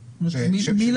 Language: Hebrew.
יש ממלא-מקום קבוע.